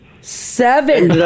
Seven